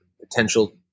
potential